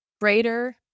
greater